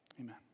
amen